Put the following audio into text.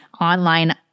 online